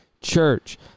church